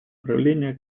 правления